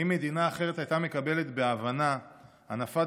האם מדינה אחרת הייתה מקבלת בהבנה הנפת